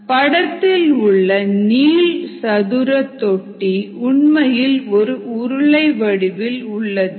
படத்தில் உள்ள நீள்சதுர தொட்டி உண்மையில் ஒரு உருளை வடிவில் உள்ளது